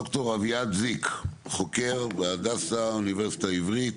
ד"ר אביעד זיק, חוקר בהדסה האוניברסיטה העברית.